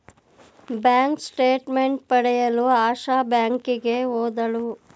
bank statement ಪಡೆಯಲು ಆಶಾ ಬ್ಯಾಂಕಿಗೆ ಹೋದಳು